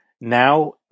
Now